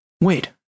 wait